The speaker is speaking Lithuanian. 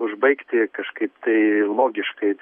užbaigti kažkaip tai logiškai